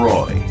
Roy